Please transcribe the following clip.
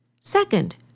Second